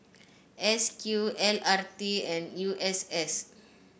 S Q L R T and U S S